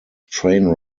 train